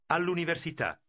All'università